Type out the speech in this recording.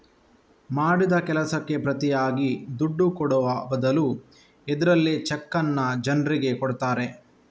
ಮಾಡಿದ ಕೆಲಸಕ್ಕೆ ಪ್ರತಿಯಾಗಿ ದುಡ್ಡು ಕೊಡುವ ಬದಲು ಇದ್ರಲ್ಲಿ ಚೆಕ್ಕನ್ನ ಜನ್ರಿಗೆ ಕೊಡ್ತಾರೆ